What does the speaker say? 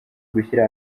gushyira